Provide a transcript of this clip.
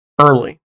early